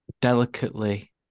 delicately